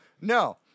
No